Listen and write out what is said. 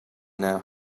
now